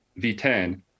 V10